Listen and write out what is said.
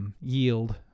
Yield